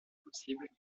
possible